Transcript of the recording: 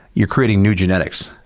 you're creating new genetics.